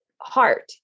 heart